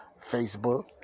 facebook